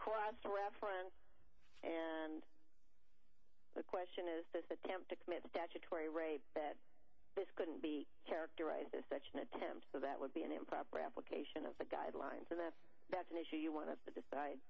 cross reference and the question is this attempt to commit statutory rape that this couldn't be characterized as such an attempt so that would be an improper application of the guidelines and that that's an issue you want